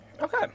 Okay